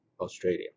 Australia